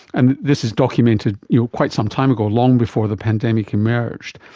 and this is documented you know quite some time ago, long before the pandemic emerged.